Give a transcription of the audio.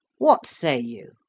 what say you?